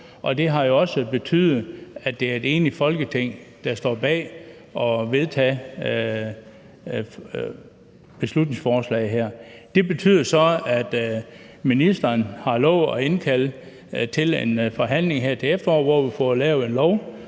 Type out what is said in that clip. Det har også betydet, at det er et enigt Folketing, der står bag at vedtage beslutningsforslaget her. Det betyder så, at ministeren har lovet at indkalde til en forhandling her til efteråret, hvor vi får lavet en lov